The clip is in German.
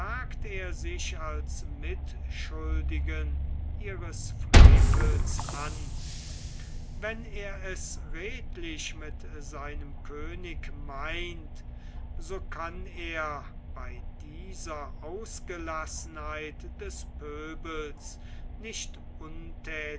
er sich als mitschuldigen ihres frevels an wenn er es redlich mit seinem könig meint so kann er bei dieser ausgelassenheit des pöbels nicht